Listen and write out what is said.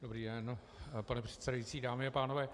Dobrý den, pane předsedající, dámy a pánové.